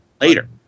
Later